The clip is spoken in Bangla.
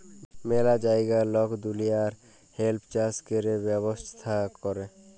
ম্যালা জাগায় লক দুলিয়ার হেম্প চাষ ক্যরে ব্যবচ্ছা ক্যরে